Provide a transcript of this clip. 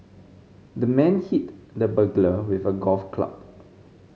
the man hit the burglar with a golf club